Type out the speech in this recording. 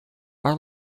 are